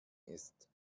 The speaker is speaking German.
ist